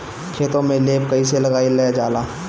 खेतो में लेप कईसे लगाई ल जाला?